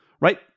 Right